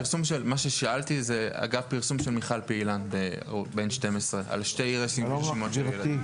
מה ששאלתי זה אגף פרסום של מיכל פעילן ב-N12 על שתי רשימות של ילדים.